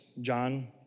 John